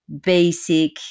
basic